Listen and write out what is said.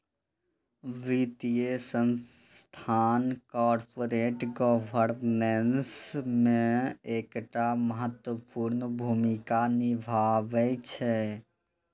वित्तीय संस्थान corporate governance मे एकटा महत्वपूर्ण भूमिका निभाबै छै